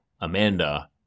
Amanda